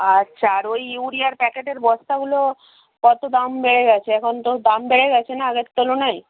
আচ্ছা আর ওই ইউরিয়ার প্যাকেটের বস্তাগুলো কত দাম বেড়ে গেছে এখন তো দাম বেড়ে গেছে না আগের তুলনায়